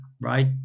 right